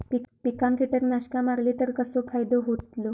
पिकांक कीटकनाशका मारली तर कसो फायदो होतलो?